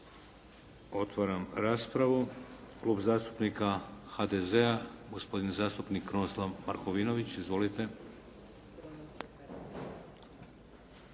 Otvaram raspravu. Klub zastupnika HDZ-a gospodin zastupnik Krunoslav Markovinović. Izvolite.